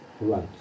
right